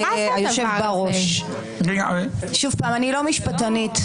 אני לא משפטנית,